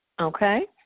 Okay